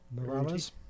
Morales